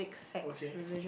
okay